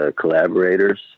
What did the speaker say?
collaborators